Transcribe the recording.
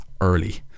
early